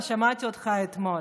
שמעתי אותך אתמול.